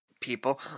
people